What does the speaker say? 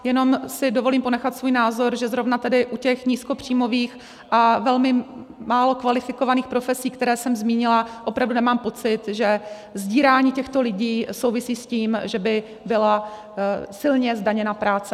Jenom si dovolím ponechat svůj názor, že zrovna tady u těch nízkopříjmových a velmi málo kvalifikovaných profesí, které jsem zmínila, opravdu nemám pocit, že sdírání těchto lidí souvisí s tím, že by byla silně zdaněna práce.